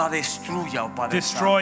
destroy